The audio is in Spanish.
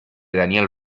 daniel